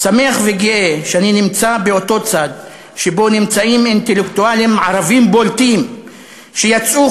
שמח וגאה שאני נמצא באותו צד שבו נמצאים אינטלקטואלים ערבים בולטים שיצאו